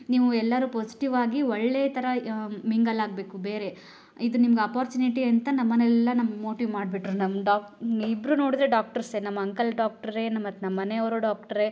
ನೀವು ಎಲ್ಲರೂ ಪಾಸಿಟಿವ್ ಆಗಿ ಒಳ್ಳೆ ಥರ ಮಿಂಗಲ್ ಆಗಬೇಕು ಬೇರೆ ಇದು ನಿಮ್ಗೆ ಅಪ್ಪೋರ್ಚುನಿಟಿ ಅಂತ ನಮ್ಮನೆಲಿ ಎಲ್ಲ ನಮ್ಗೆ ಮೋಟಿವ್ ಮಾಡಿಬಿಟ್ರು ನಮ್ಮ ಡ್ ಇಬ್ಬರು ನೋಡಿದ್ರೆ ಡಾಕ್ಟರ್ಸೇ ನಮ್ಮ ಅಂಕಲ್ ಡಾಕ್ಟರೇ ನಮ್ಮ ಮತ್ತು ನಮ್ಮನೆಯವರು ಡಾಕ್ಟರೇ